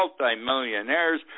multimillionaires